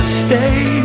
stay